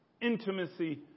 Intimacy